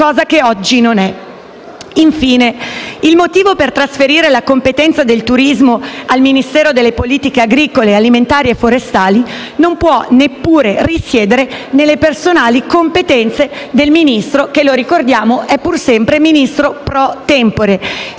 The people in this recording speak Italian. cosa che oggi non è. Infine, il motivo per trasferire la competenza del turismo al Ministero delle politiche agricole, alimentari e forestali non può neppure risiedere nelle personali competenze del Ministro che - lo ricordiamo - è pur sempre Ministro *pro tempore*.